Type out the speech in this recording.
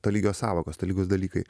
tolygios sąvokos tolygūs dalykai